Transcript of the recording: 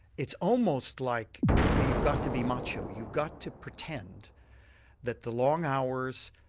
it's almost like you've got to be macho, you've got to pretend that the long hours,